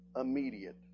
immediate